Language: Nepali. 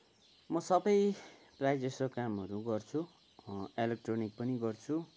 म सबै प्रायः जसो कामहरू गर्छु एलेक्ट्रोनिक पनि गर्छु